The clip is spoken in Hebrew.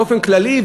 באופן כללי,